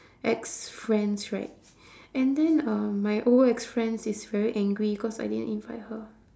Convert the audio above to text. ex friends right and then um my old ex friends is very angry cause I didn't invite her